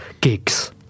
Gigs